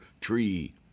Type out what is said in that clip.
Tree